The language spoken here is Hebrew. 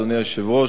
אדוני היושב-ראש,